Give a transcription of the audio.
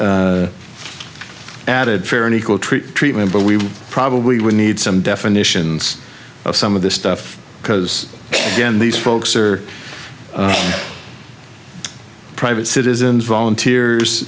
added fair and equal treat treatment but we probably would need some definitions of some of this stuff because again these folks are private citizens volunteers